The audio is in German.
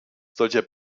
solcher